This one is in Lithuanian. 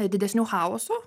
didesniu chaosu